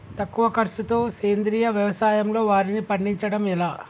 తక్కువ ఖర్చుతో సేంద్రీయ వ్యవసాయంలో వారిని పండించడం ఎలా?